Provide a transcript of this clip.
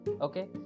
Okay